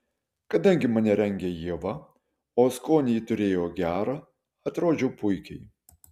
kadangi mane rengė ieva o skonį ji turėjo gerą atrodžiau puikiai